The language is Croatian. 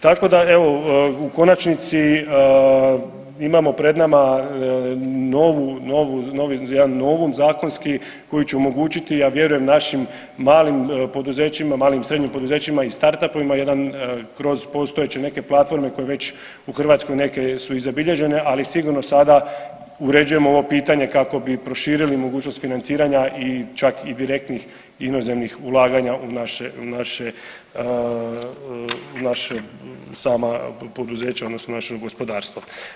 Tako da evo u konačnici imamo pred nama novu, jedan novum zakonski koji će omogućiti ja vjerujem našim malim poduzećima, malim i srednjim poduzećima iz starta koji ima jedan kroz postojeće neke platforme koje već u Hrvatskoj neke su i zabilježene ali sigurno sada uređujemo ovo pitanje kako bi proširili mogućnost financiranja i čak i direktnih inozemnih ulaganja u naša sama poduzeća odnosno naše gospodarstvo.